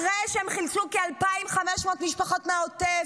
אחרי שהם חילצו כ-2,500 משפחות מהעוטף,